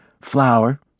Flour